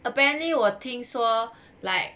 apparently 我听说 like